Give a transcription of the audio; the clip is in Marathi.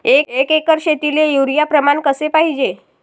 एक एकर शेतीले युरिया प्रमान कसे पाहिजे?